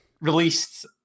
released